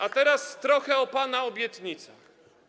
A teraz trochę o pana obietnicach.